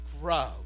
grow